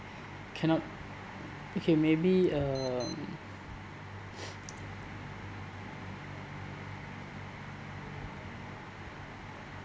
cannot okay maybe um